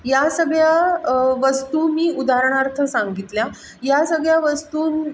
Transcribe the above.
या सगळ्या वस्तू मी उदाहरणार्थ सांगितल्या या सगळ्या वस्तू